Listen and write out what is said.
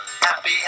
happy